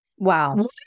Wow